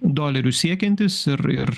dolerių siekiantis ir ir